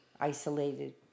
isolated